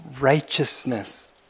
righteousness